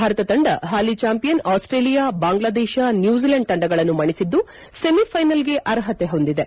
ಭಾರತ ತಂಡ ಹಾಲಿ champion Australia Bangladesh New Zealand ತಂಡಗಳನ್ನು ಮಣಿಸಿದ್ದು ಸೆಮಿ ಫೈನಲ್ಗೆ ಅರ್ಹತೆ ಹೊಂದಿದೆ